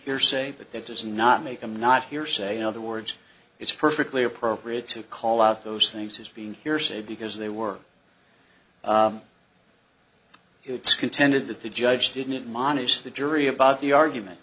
hearsay but that does not make them not hearsay in other words it's perfectly appropriate to call out those things as being hearsay because they were it's contended that the judge didn't mohnish the jury about the argument